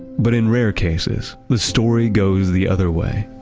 but in rare cases, the story goes the other way,